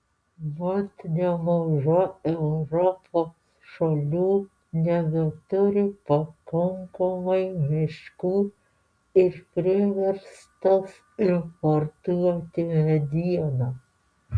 mat nemaža europos šalių nebeturi pakankamai miškų ir priverstos importuoti medieną